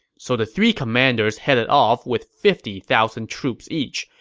so the three commanders headed off with fifty thousand troops each,